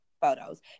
photos